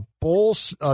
Bulls